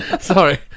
sorry